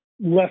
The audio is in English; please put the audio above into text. less